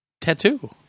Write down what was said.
tattoo